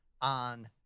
on